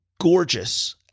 gorgeous